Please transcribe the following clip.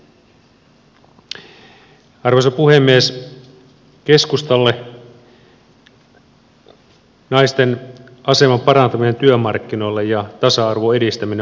keskustalle naisten aseman parantaminen työmarkkinoilla ja tasa arvon edistäminen on itsestään selvää